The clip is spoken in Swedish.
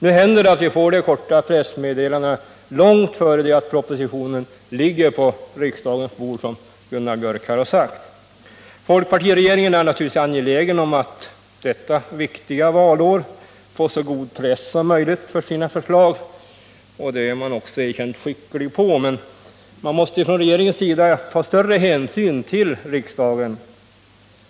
Nu händer det, som Gunnar Biörck sade, att de korta pressmeddelandena kommer långt innan propositionerna ligger på riksdagens bord. Folkpartiregeringen är naturligtvis angelägen att under detta viktiga valår få så god press som möjligt för sina förslag. Härvidlag är regeringen också erkänt skicklig, men regeringen måste ta hänsyn till riksdagen.